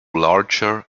larger